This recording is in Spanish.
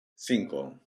cinco